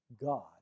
God